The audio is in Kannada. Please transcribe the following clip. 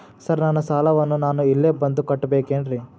ಸರ್ ನನ್ನ ಸಾಲವನ್ನು ನಾನು ಇಲ್ಲೇ ಬಂದು ಕಟ್ಟಬೇಕೇನ್ರಿ?